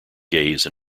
gaze